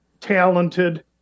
talented